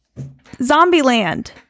Zombieland